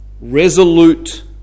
Resolute